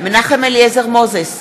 מנחם אליעזר מוזס,